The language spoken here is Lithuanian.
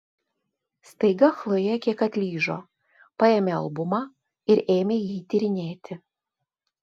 staiga chlojė kiek atlyžo paėmė albumą ir ėmė jį tyrinėti